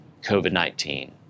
COVID-19